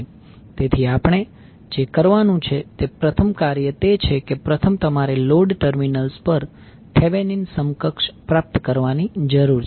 તેથી આપણે જે કરવાનું છે તે પ્રથમ કાર્ય તે છે કે પ્રથમ તમારે લોડ ટર્મિનલ્સ પર થેવેનીન સમકક્ષ પ્રાપ્ત કરવાની જરૂર છે